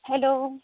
hello